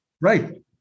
Right